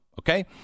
Okay